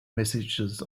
messages